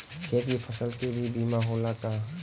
खेत के फसल के भी बीमा होला का?